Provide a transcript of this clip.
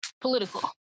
political